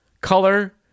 color